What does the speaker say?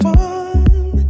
one